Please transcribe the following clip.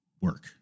work